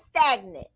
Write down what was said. stagnant